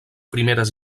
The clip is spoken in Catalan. primeres